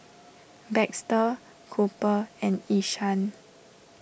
Baxter Cooper and Ishaan